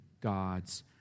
God's